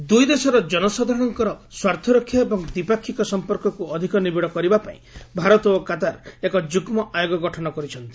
India Qatar ଦୂଇ ଦେଶର ଜନସାଧାରରଙ୍କର ସ୍ୱାର୍ଥରକ୍ଷା ଏବଂ ଦ୍ୱିପାକ୍ଷିକ ସମ୍ପର୍କକ୍ ଅଧିକ ନିବିଡ଼ କରିବାପାଇଁ ଭାରତ ଓ କାତାର ଏକ ଯୁଗ୍ମ ଆୟୋଗ ଗଠନ କରିଛନ୍ତି